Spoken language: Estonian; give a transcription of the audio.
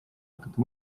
hakata